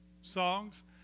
songs